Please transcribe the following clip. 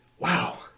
Wow